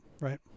right